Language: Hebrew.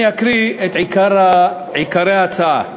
אני אקריא את עיקרי ההצעה: